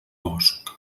bosc